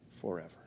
forever